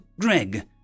Greg